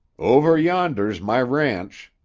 over yonder's my ranch,